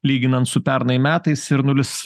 lyginant su pernai metais ir nulis